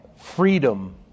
freedom